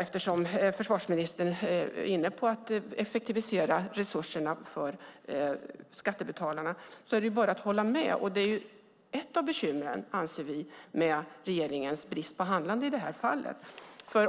Eftersom försvarsministern är inne på att effektivisera resurserna för skattebetalarna är det bara att hålla med. Det är ett bekymmer med regeringens brist handlande i detta fall.